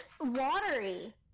watery